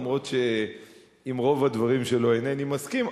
אף שעם רוב הדברים שלו אינני מסכים.